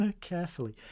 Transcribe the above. Carefully